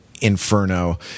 Inferno